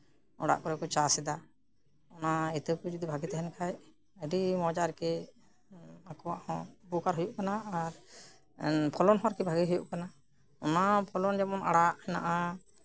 ᱚᱲᱟᱜ ᱠᱚᱨᱮ ᱠᱚ ᱪᱟᱥ ᱮᱫᱟ ᱚᱱᱟ ᱤᱛᱟᱹ ᱠᱚ ᱡᱚᱫᱤ ᱵᱷᱟᱜᱤ ᱛᱟᱸᱦᱮᱱ ᱠᱷᱟᱡ ᱟᱹᱰᱤ ᱢᱚᱸᱡ ᱟᱨᱠᱤ ᱟᱠᱚᱣᱟᱜ ᱦᱚᱸ ᱩᱯᱚᱠᱟᱨ ᱦᱩᱭᱩᱜ ᱠᱟᱱᱟ ᱟᱨ ᱯᱷᱚᱞᱚᱱ ᱦᱚᱸ ᱟᱨᱠᱤ ᱵᱷᱟᱜᱮ ᱦᱩᱭᱩᱜ ᱠᱟᱱᱟ ᱚᱱᱟ ᱯᱷᱚᱞᱚᱱ ᱡᱮᱢᱚᱱ ᱟᱲᱟᱜ ᱢᱮᱱᱟᱜᱼᱟ